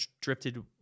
drifted